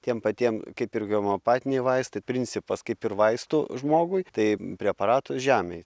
tiem patiem kaip ir homeopatiniai vaistai principas kaip ir vaistų žmogui tai preparatas žemei